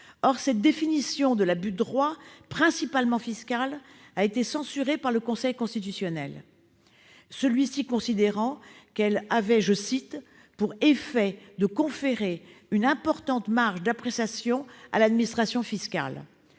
Or cette définition de l'abus de droit, fondée sur le « principalement fiscal », a été censurée par le Conseil constitutionnel, qui a considéré qu'elle avait « pour effet de conférer une importante marge d'appréciation à l'administration fiscale ».